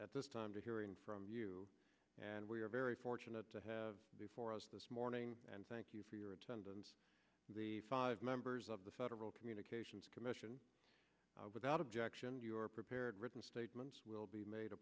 at this time to hearing from you and we are very fortunate to have before us this morning and thank you for your attendance the five members of the federal communications commission without objection your prepared written statements will be made a